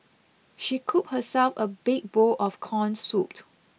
she coop herself a big bowl of corn soup